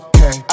Okay